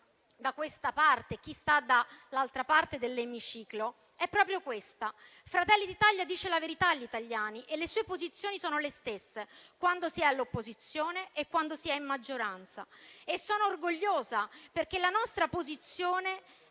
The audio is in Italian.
dell'Emiciclo e chi sta dall'altra parte è proprio questa. Fratelli d'Italia dice la verità agli italiani e le sue posizioni sono le stesse sia quando è all'opposizione, sia quando è in maggioranza. E sono orgogliosa perché la nostra posizione